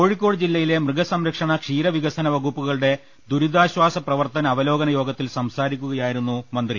കോഴി ക്കോട് ജില്ലയിലെ മൃഗസംരക്ഷണ ക്ഷീരവികസനവകുപ്പുകളുടെ ദുരിതാശ്വാസ പ്രവർത്ത അവലോകനയോഗത്തിൽ സംസാരിക്കുകയായിരുന്നു മന്ത്രി